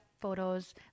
photos